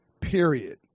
Period